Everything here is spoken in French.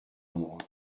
endroit